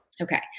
Okay